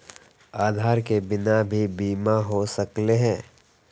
आधार के बिना भी बीमा हो सकले है?